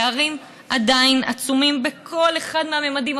הפערים עדיין עצומים בכל אחד מהממדים,